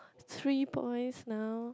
three points now